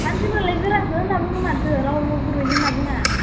मासिफोरालाय गोरासो होनना बुङो माथो रावबो गुरै होनना बुङा